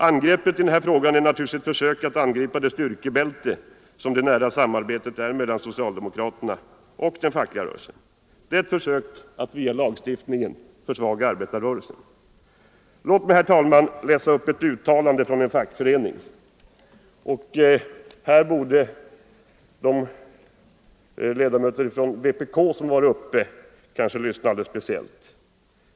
Angreppet i denna fråga är naturligtvis ett försök att angripa det styrkebälte som det nära samarbetet är mellan socialdemokraterna och fackföreningsrörelsen. Det är ett försök att via lagstiftning försvaga arbetarrörelsen. Låt mig, herr talman, läsa upp ett uttalande från en fackförening. — Här borde de ledamöter från vpk som har varit uppe i debatten lyssna alldeles speciellt.